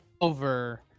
over